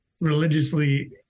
religiously